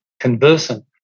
conversant